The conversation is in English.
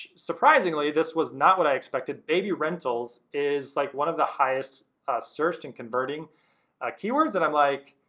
surprisingly, this was not what i expected. baby rentals is like one of the highest searched and converting keywords. and i'm like,